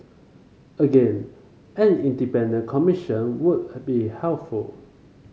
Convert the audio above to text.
again an independent commission would be helpful